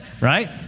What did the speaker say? right